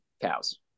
cows